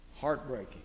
Heartbreaking